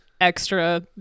extra